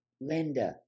Linda